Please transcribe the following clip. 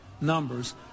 numbers